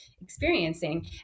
experiencing